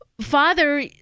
Father